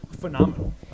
phenomenal